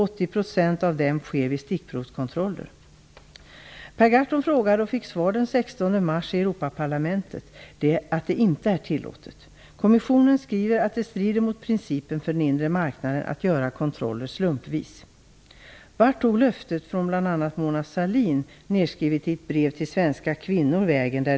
80 % av dem sker vid stickprovskontroller. Per Gahrton frågade och fick svar den 16 mars i Europaparlamentet att detta inte är tillåtet. Kommissionen skriver att det strider mot principen om den inre marknaden att göra kontroller slumpvis. Vart tog löftet från bl.a. Mona Sahlin, nerskrivet i ett brev till svenska kvinnor, vägen?